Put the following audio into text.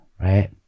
Right